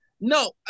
No